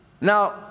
Now